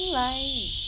light